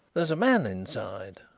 there is a man inside.